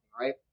right